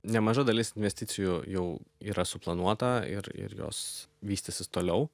nemaža dalis investicijų jau yra suplanuota ir ir jos vystysis toliau